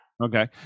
Okay